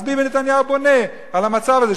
אז ביבי נתניהו בונה על המצב הזה,